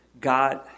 God